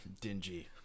Dingy